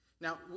Now